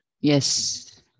Yes